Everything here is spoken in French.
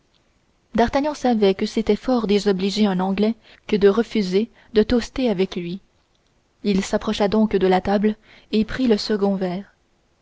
d'artagnan savait que c'était fort désobliger un anglais que de refuser de toaster avec lui il s'approcha donc de la table et prit le second verre